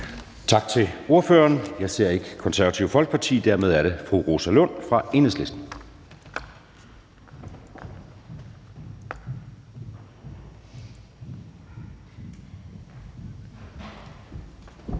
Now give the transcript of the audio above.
Tak til ordføreren. Jeg ser ikke Det Konservative Folkeparti, og dermed er det fru Rosa Lund fra Enhedslisten. Kl.